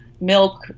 milk